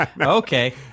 Okay